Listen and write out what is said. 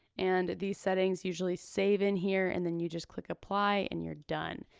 and these settings usually save in here and then you just click apply and you're done.